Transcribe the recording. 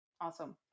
awesome